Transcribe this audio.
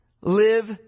live